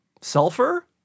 Sulfur